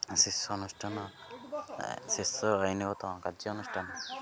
ଶିକ୍ଷା ଅନୁଷ୍ଠାନ ଶିଷ୍ୟ ଓ ଆଇନଗତ କାର୍ଯ୍ୟ ଅନୁଷ୍ଠାନ